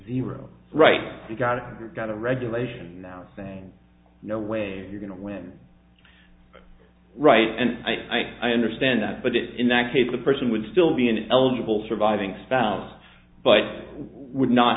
zero right you've got it got a regulation now saying no way you're going to win right and i understand that but in that case the person would still be an eligible surviving spouse but would not